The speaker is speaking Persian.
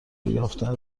یافتن